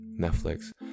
Netflix